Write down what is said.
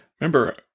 remember